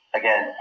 again